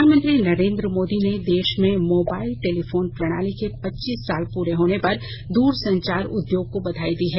प्रधानमंत्री नरेन्द्र मोदी ने देश में मोबाइल टेलीफोन प्रणाली के पच्चीस साल पूरे होने पर दरसंचार उद्योग को बधाई दी है